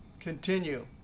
continue.